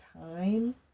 time